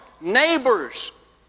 Neighbors